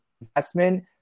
investment